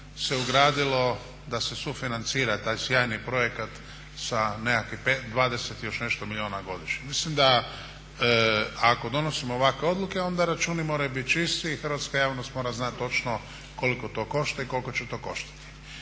se ugradilo da se sufinancira taj sjajni projekata sa nekakvih 20 i još nešto milijuna godišnje. Mislim da ako donosimo ovakve odluke onda računi moraju biti čisti i hrvatska javnost mora znat točno koliko to košta i koliko će to koštati.